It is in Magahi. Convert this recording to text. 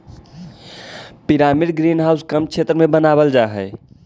पिरामिड ग्रीन हाउस कम क्षेत्र में बनावाल जा हई